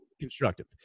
constructive